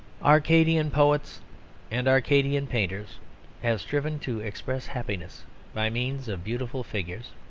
arcadian poets and arcadian painters have striven to express happiness by means of beautiful figures.